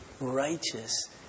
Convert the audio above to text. righteous